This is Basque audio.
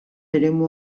eremu